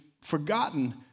forgotten